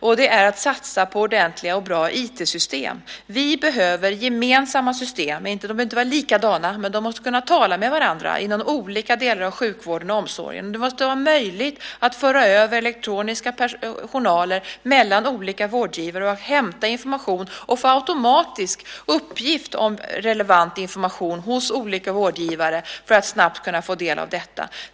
Det handlar om att satsa på ordentliga och bra IT-system. Vi behöver gemensamma system. De behöver inte vara likadana, men de måste kunna tala med varandra inom olika delar av sjukvården och omsorgen. Det måste vara möjligt att föra över elektroniska journaler mellan olika vårdgivare, hämta information och automatiskt få relevant information från olika vårdgivare för att snabbt kunna ta del av detta.